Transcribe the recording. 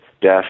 death